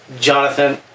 Jonathan